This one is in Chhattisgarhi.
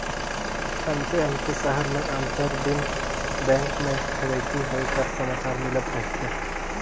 अन्ते अन्ते सहर में आंतर दिन बेंक में ठकइती होए कर समाचार मिलत रहथे